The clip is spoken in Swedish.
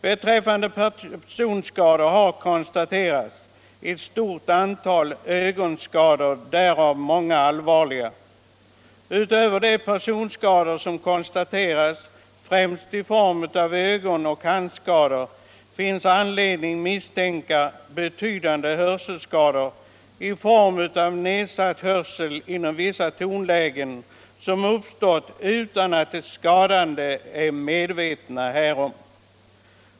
Beträffande personskador har konstaterats ett stort antal ögonskador, därav många allvarliga. Utöver personskador främst i form av ögonoch handskador finns anledning misstänka betydande hörselskador i form av nedsatt hörsel inom vissa tonlägen, skador som uppstått utan att de skadade varit medvetna härom.